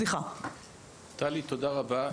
תודה רבה.